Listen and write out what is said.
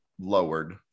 lowered